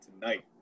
Tonight